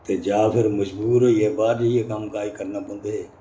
ते जां फिर मजबूर होइयै बाहर जाइयै कम्मकाज करना पौंदे हे